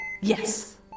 Yes